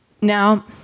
Now